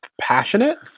Passionate